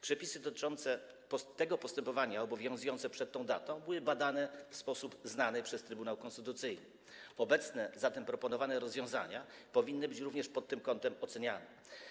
Przepisy dotyczące tego postępowania obowiązujące przed tą datą, były badane w sposób znany Trybunałowi Konstytucyjnemu, zatem obecnie proponowane rozwiązania powinny być również pod tym kątem oceniane.